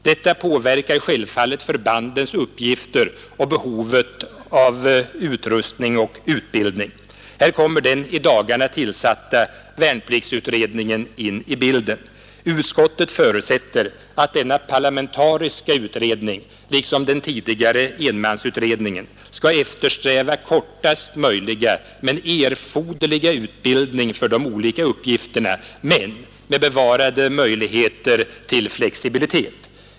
Detta påverkar självfallet förbandens uppgifter och behovet av utrustning och utbildning. Här kommer den i dagarna tillsatta värnpliktsutredningen in i bilden. Utskottet förutsätter att denna parlamentariska utredning liksom den tidigare enmansutredningen skall eftersträva kortaste möjliga men erforderliga utbildning för de olika uppgifterna, dock med bevarade möjligheter till flexibilitet.